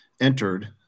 entered